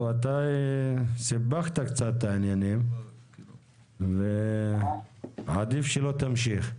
לא, אתה סיבכת קצת את העניינים ועדיף שלא תמשיך.